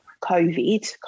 covid